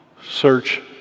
search